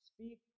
Speak